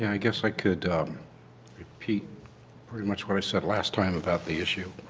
you know i guess i could repeat pretty much what i said last time about the issue,